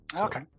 Okay